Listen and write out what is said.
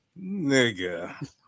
nigga